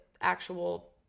actual